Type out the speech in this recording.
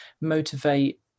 motivate